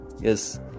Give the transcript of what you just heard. yes